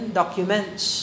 documents